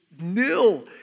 nil